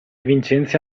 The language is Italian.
vincenzi